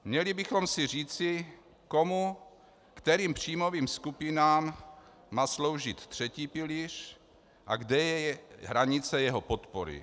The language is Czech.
Měli bychom si říci, komu, kterým příjmových skupinám má sloužit třetí pilíř a kde je hranice jeho podpory.